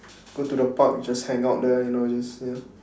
go to the park just hang out there you know just ya